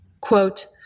quote